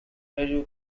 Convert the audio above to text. rideau